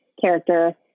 character